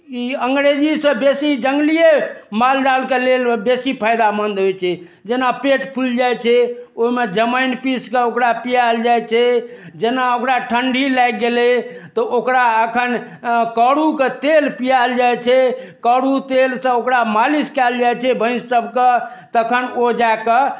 ई अँग्रेजी सँ बेसी जङ्गलिए मालजालके लेल बेसी फायदामन्द होइ छै जेना पेट फुलि जाइ छै ओहिमे जमाइन पीस कऽ ओकरा पियाल जाइ छै जेना ओकरा ठण्डी लागि गेलै तऽ ओकरा अखन करू के तेल पियाल जाइ छै करू तेल सँ ओकरा मालिश कायल जाइ छै भैँस सभके तखन ओ जाय कऽ